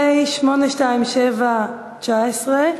פ/827/19.